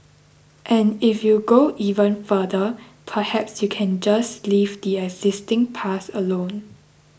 and if you go even further perhaps you can just leave the existing paths alone